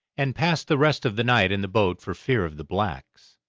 and passed the rest of the night in the boat for fear of the blacks.